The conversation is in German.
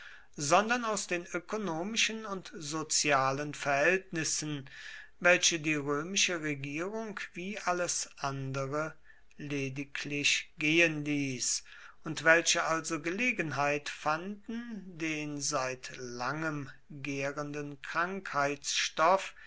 sondern aus den ökonomischen und sozialen verhältnissen welche die römische regierung wie alles andere lediglich gehen ließ und welche also gelegenheit fanden den seit langem gärenden